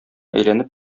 әйләнеп